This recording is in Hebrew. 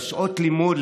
על שעות לימוד,